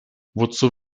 wozu